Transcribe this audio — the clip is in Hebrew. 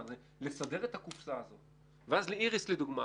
הזה לסדר את הקופסה הזאת ואז לאיריס לדוגמה,